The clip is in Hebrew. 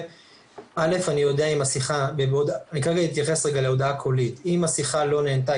כרגע אני מתייחס להודעה קולית: אם השיחה לא נענתה,